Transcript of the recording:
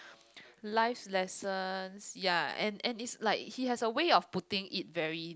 life's lessons ya and and it's like he has a way of putting it very